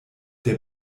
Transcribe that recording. der